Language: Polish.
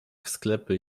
sklepy